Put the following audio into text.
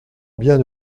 bien